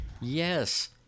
yes